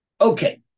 Okay